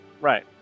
Right